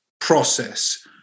process